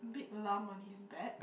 big lump on his back